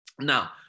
Now